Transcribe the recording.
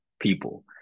people